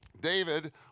David